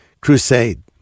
crusade